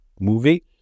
movie